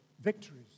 victories